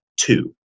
two